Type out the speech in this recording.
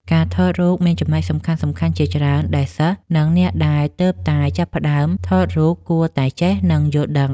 ការថតរូបមានចំណុចសំខាន់ៗ ជាច្រើនដែលសិស្ស និងអ្នកដែលទើបតែចាប់ផ្ដើមថតរូបគួរតែចេះ និងយល់ដឹង។